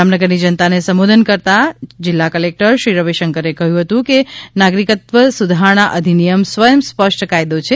જામનગરની જનતાને સંબોધન કરતા જિલ્લા કલેકટરશ્રી રવિશંકરે કહ્યું હતું કે નાગરિકત્વ સુધારણા અધિનિયમ સ્વયં સ્પષ્ટ કાયદો છે